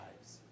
lives